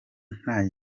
nta